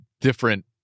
different